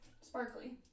Sparkly